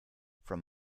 from